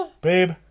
Babe